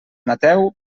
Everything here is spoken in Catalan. mateu